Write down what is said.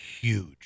Huge